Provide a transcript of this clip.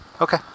Okay